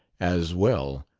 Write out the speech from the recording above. as well,